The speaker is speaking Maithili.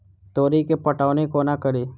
तोरी केँ पटौनी कोना कड़ी?